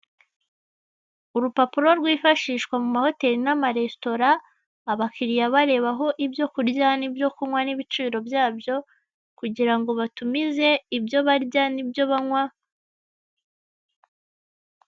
urupapuro rwifashishwa mu mahoteli n' amaresitora, abakiriya bareba aho ibyo kurya n'byo kunywa n' ibiciro byabyo kugira ngo batumize ibyo barya nibyo banywa...